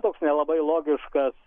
toks nelabai logiškas